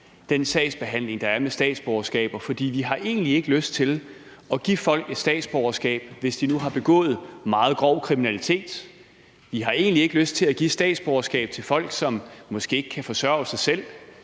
den sagsbehandling, der er ved statsborgerskaber, for vi har egentlig ikke lyst til at give folk et statsborgerskab, hvis de nu har begået meget grov kriminalitet; vi har egentlig ikke lyst til at give statsborgerskab til folk, som måske ikke kan forsørge sig selv;